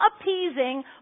appeasing